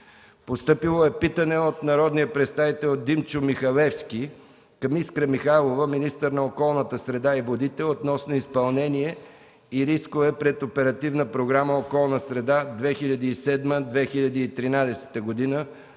писмено до 9 юли; - народния представител Димчо Михалевски към Искра Михайлова – министър на околната среда и водите, относно изпълнение и рискове пред Оперативна програма „Околна среда 2007-2013 г.”.